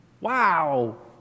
Wow